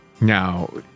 Now